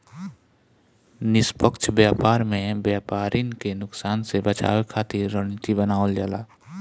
निष्पक्ष व्यापार में व्यापरिन के नुकसान से बचावे खातिर रणनीति बनावल जाला